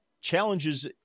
challenges